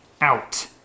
out